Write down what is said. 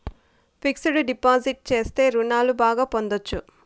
fixed deposit చేస్తే రుణాలు బాగా పొందొచ్చు